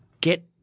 get